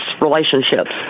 relationships